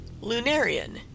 Lunarian